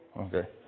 Okay